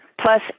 Plus